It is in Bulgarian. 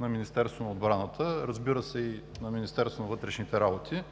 на Министерство на отбраната, разбира се, и на Министерство на вътрешните работи.